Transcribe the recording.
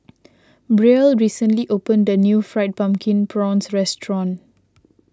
Brielle recently opened a new Fried Pumpkin Prawns restaurant